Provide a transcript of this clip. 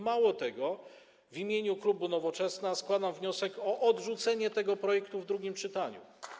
Mało tego, w imieniu klubu Nowoczesna składam wniosek o odrzucenie tego projektu w drugim czytaniu.